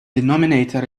denominator